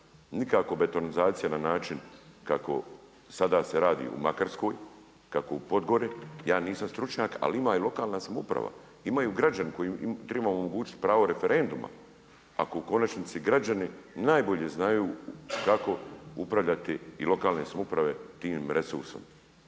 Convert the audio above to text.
nikako betonizacija na način kako sada se radi u Makarskoj, kako u Podgori. Ja nisam stručnjak ali ima i lokalna samouprava, imaju građani kojima treba omogućiti pravo referenduma, ako u konačnici građani najbolje znaju kako upravljati i lokalne samouprave tim resursom.